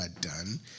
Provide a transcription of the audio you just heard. done